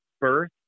birth